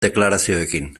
deklarazioekin